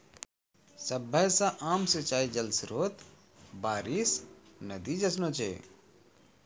सभ्भे से आम सिंचाई जल स्त्रोत बारिश, नदी जैसनो छै